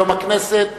היום הכנסת החליטה,